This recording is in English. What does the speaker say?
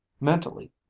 Mentally